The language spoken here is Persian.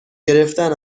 گرفتن